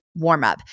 warmup